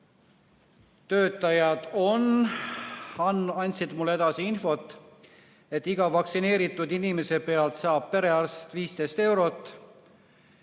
töötajad andsid mulle infot, et iga vaktsineeritud inimese pealt saab perearst 15 eurot,